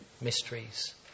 mysteries